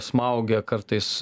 smaugia kartais